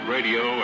Radio